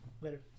later